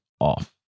off